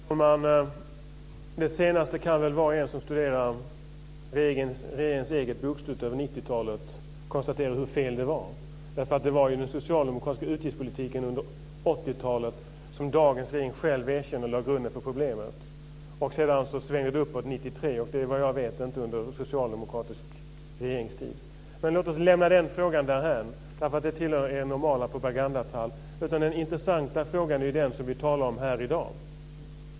Fru talman! När det gäller det senaste kan väl var och en som studerat regeringens eget bokslut över 90 talet konstatera hur fel det var. Det var ju den socialdemokratiska utgiftspolitiken under 80-talet - det erkänner dagens regering själv - som lade grunden för problemet. Sedan svängde det uppåt 1993, och det var vad jag vet inte under socialdemokratisk regeringstid. Men låt oss lämna den frågan därhän, därför att den tillhör ert normala propagandatal. Den intressanta frågan är ju den som vi talar om här i dag.